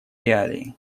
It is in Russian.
реалии